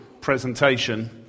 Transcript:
presentation